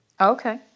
Okay